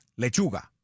lechuga